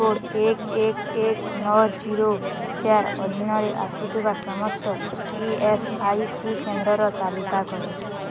pincode ଏକ ଏକ ଏକ ନଅ ଜିରୋ ଅଧୀନରେ ଆସୁଥିବା ସମସ୍ତ ଇ ଏସ୍ ଆଇ ସି କେନ୍ଦ୍ରର ତାଲିକା କର